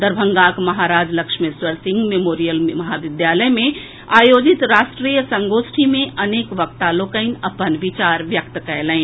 दरभंगाक महाराज लक्ष्मेश्वर सिंह मेमोरियल महाविद्यालय में आयोजित राष्ट्रीय संगोष्ठी मे अनेक वक्ता लोकनि अपन विचार व्यक्त कयलनि